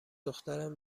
دخترم